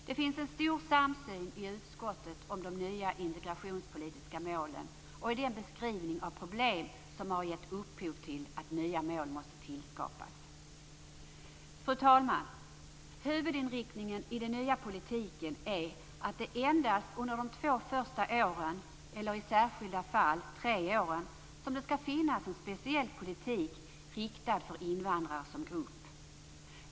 Det finns en stor samsyn i utskottet om de nya integrationspolitiska målen och i den beskrivning av problem som gett upphov till att nya mål måste skapas. Fru talman! Huvudinriktningen i den nya politiken är att det endast är under de två första åren - i särskilda fall de tre första åren - som det skall finnas en speciell politik för invandrare som grupp.